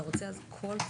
אתה רוצה אז הכל?